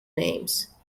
names